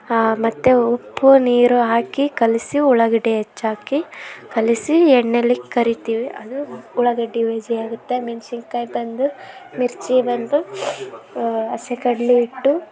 ಆ ಮತ್ತು ಉಪ್ಪು ನೀರು ಹಾಕಿ ಕಲಸಿ ಉಳ್ಳಾಗಡ್ಡಿ ಹೆಚ್ಚಾಕಿ ಕಲಸಿ ಎಣ್ಣೆಯಲ್ಲಿ ಕರೀತಿವಿ ಅದು ಉಳ್ಳಾಗಡ್ಡಿ ಬಜ್ಜಿ ಆಗುತ್ತೆ ಮೆಣಸಿನ್ಕಾಯ್ ಬಂದು ಮಿರ್ಚಿ ಬಂದು ಹಸಿ ಕಡಲೇ ಹಿಟ್ಟು